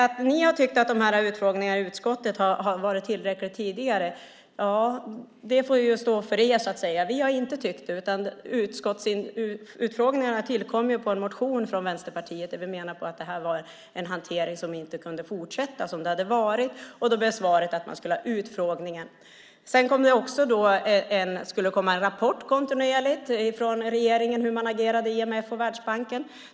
Att ni har tyckt att utfrågningarna i utskottet har varit tillräckliga får stå för er. Vi har inte tyckt det. Utskottsutfrågningarna tillkom efter en motion från Vänsterpartiet. Vi menade att det var en hantering som inte kunde fortsätta. Svaret blev att man skulle ha utfrågningar. Det skulle också komma en rapport kontinuerligt från regeringen om hur man agerade i IMF och Världsbanken.